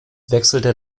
wechselte